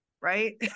right